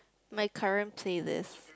my current playlist